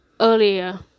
earlier